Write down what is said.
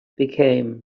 became